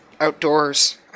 outdoors